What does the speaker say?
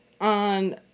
on